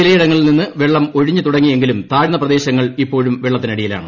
ചിലയിടങ്ങളിൽ നിന്ന് വെള്ളം ഒഴിഞ്ഞ് തുടങ്ങിയെങ്കിലും താഴ്ന്ന പ്രദേശങ്ങൾ ഇപ്പോഴും വെള്ളത്തിനടിയിലാണ്